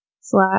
slash